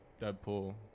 Deadpool